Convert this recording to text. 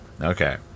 Okay